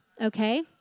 okay